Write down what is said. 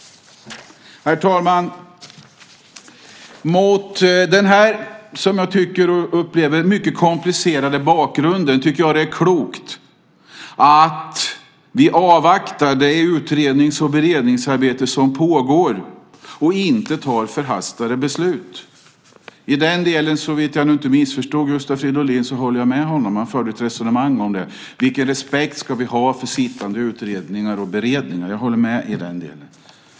Herr talman! Mot den, som jag upplever, mycket komplicerade bakgrunden tycker jag att det är klokt att avvakta det utrednings och beredningsarbete som pågår för att inte fatta förhastade beslut. På den punkten håller jag med Gustav Fridolin, om jag nu inte missförstod honom. Han förde ett resonemang om vilken respekt vi ska ha för arbetande utredningar och beredningar.